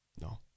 no